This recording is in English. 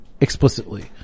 explicitly